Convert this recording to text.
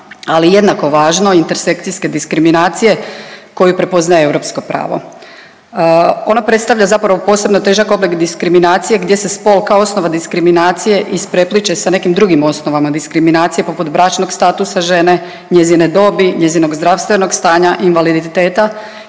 ali jednako važno intersekcijske diskriminacije koji prepoznaje europsko pravo. Ono predstavlja zapravo posebno težak oblik diskriminacije gdje se spol kao osnova diskriminacije isprepliće sa nekim drugim osnovama diskriminacije poput bračnog statusa žene, njezine dobi, njezinog zdravstvenog stanja, invaliditeta,